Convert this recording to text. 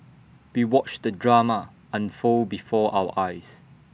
we watched the drama unfold before our eyes